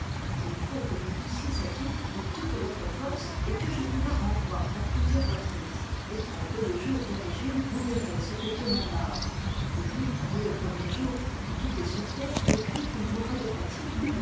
il faut que vous poussiez cette outre de toute votre force et que je vous la renvoie à plusieurs reprises et en peu de jours de régime vous verrez ce que peut mon art ogul dès le premier jour fut tout essoufflé et crut qu'il mourrait de fatigue